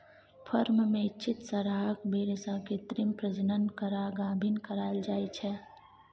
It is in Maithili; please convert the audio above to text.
फर्म मे इच्छित सरहाक बीर्य सँ कृत्रिम प्रजनन करा गाभिन कराएल जाइ छै